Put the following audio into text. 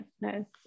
no